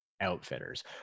outfitters